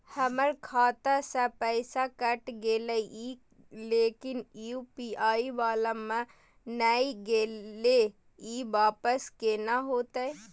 हमर खाता स पैसा कैट गेले इ लेकिन यु.पी.आई वाला म नय गेले इ वापस केना होतै?